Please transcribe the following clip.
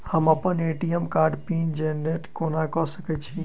हम अप्पन ए.टी.एम कार्डक पिन जेनरेट कोना कऽ सकैत छी?